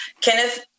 kenneth